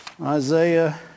Isaiah